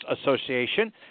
Association